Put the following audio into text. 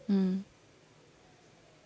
mm